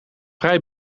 vrij